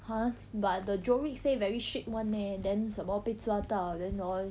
!huh! but the joric say very strict [one] leh then 什么被抓到 then hor